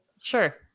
Sure